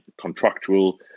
contractual